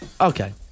Okay